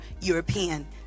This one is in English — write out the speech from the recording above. European